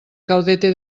caudete